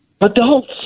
Adults